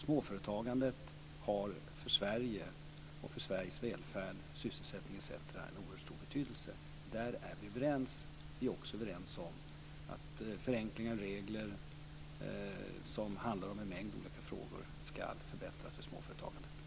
Småföretagandet har för Sverige, för Sveriges välfärd, sysselsättningen, etc. en oerhört stor betydelse. Där är vi överens. Vi är också överens om att förenklingar av regler som handlar om en mängd olika frågor ska förbättra för småföretagandet.